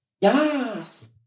Yes